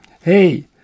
Hey